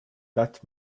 that